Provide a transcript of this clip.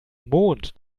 mond